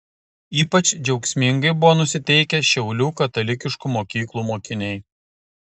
ypač džiaugsmingai buvo nusiteikę šiaulių katalikiškų mokyklų mokiniai